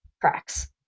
cracks